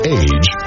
age